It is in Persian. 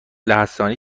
لهستانی